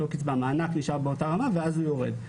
המענק נשאר באותו רמה ואז הוא יורד.